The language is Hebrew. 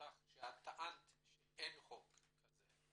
אותך שאת טענת שאין חוק כזה.